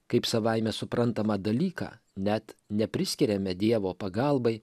kaip savaime suprantamą dalyką net nepriskiriame dievo pagalbai